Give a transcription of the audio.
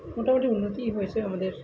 মোটামুটি উন্নতিই হয়েছে আমাদের